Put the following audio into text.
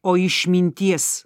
o išminties